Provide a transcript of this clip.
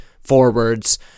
forwards